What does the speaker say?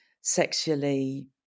sexually